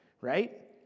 right